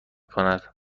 کند